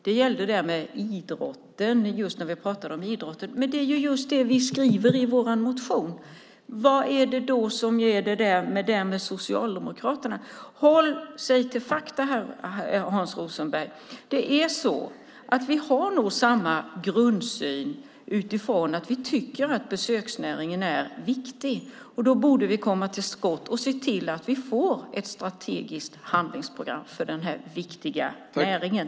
Det gällde detta med idrotten. Det är ju just det vi skriver i vår motion. Vad är det då som är det där med Socialdemokraterna? Håll dig till fakta, Hans Rothenberg. Vi har nog samma grundsyn att besöksnäringen är viktig. Då borde vi komma till skott och se till att vi får ett strategiskt handlingsprogram för den här viktiga näringen.